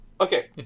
Okay